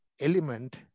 element